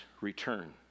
return